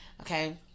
Okay